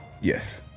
Yes